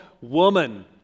woman